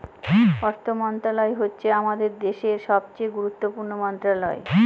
অর্থ মন্ত্রণালয় হচ্ছে আমাদের দেশের সবচেয়ে গুরুত্বপূর্ণ মন্ত্রণালয়